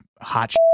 hot